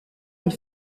une